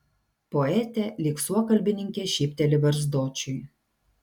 poetė lyg suokalbininkė šypteli barzdočiui